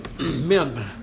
men